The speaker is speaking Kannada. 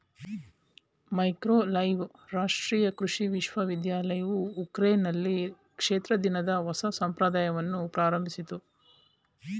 ಮೈಕೋಲೈವ್ ರಾಷ್ಟ್ರೀಯ ಕೃಷಿ ವಿಶ್ವವಿದ್ಯಾಲಯವು ಉಕ್ರೇನ್ನಲ್ಲಿ ಕ್ಷೇತ್ರ ದಿನದ ಹೊಸ ಸಂಪ್ರದಾಯವನ್ನು ಪ್ರಾರಂಭಿಸಿತು